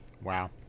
Wow